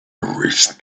erased